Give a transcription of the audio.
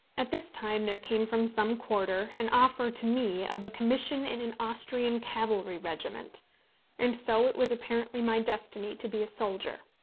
at this time there came from some quarter an offer to me of a commission in an austrian cavalry regiment and so it was apparently my destiny to be soldier.